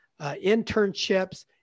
internships